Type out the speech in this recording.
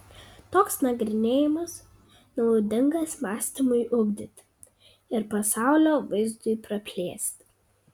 toks nagrinėjimas naudingas mąstymui ugdyti ir pasaulio vaizdui praplėsti